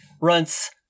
runts